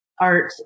art